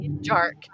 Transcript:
dark